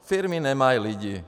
Firmy nemají lidi.